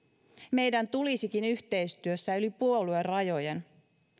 meidän tulisikin yhteistyössä yli puoluerajojen